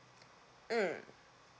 mm